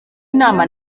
inama